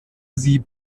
sie